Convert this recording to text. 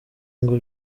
ngo